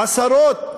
עשרות,